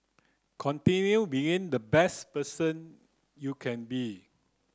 continue being the best person you can be